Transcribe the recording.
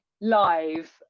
live